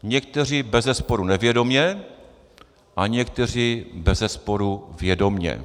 Někteří bezesporu nevědomě a někteří bezesporu vědomě.